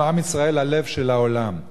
אנחנו עם ישראל הלב של העולם,